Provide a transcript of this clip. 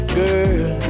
girl